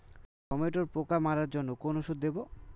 টমেটোর পোকা মারার জন্য কোন ওষুধ দেব?